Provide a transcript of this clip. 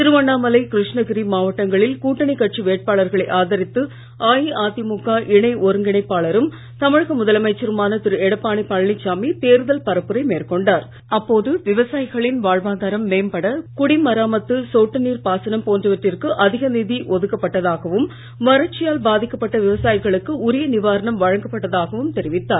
திருவண்ணாமலை கிருஷ்ணகிரி மாவட்டங்களில் கூட்டணி கட்சி வேட்பாளர்களை ஆதரித்து அஇஅதிமுக இணை ஒருங்கிணைப்பாளரும் தமிழக முதலமைச்சருமான திரு எடப்பாடி பழனிசாமி தேர்தல் பரப்புரை அப்போது விவசாயிகளின் வாழ்வாதாரம் மேம்பட குடிமராமத்து சொட்டு நீர் பாசனம் போன்றவற்றிற்கு அதிக நிதி ஒதுக்கப்பட்டதாகவும் வறட்சியால் பாதிக்கப்பட்ட விவசாயிகளுக்கு உரிய நிவாரணம் வழங்கப்பட்டதாகவும் தெரிவித்தார்